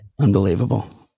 unbelievable